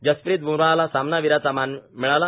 जसप्रीत ब्मराहला सामनावीराचा मान मिळाला